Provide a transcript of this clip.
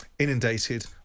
inundated